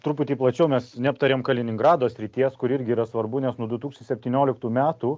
truputį plačiau mes neaptarėm kaliningrado srities kur irgi yra svarbu nes nuo tu tūkstančiai septynioliktų metų